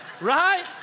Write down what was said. right